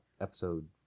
episode